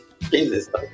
Jesus